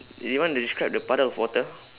you wanna describe the puddle of water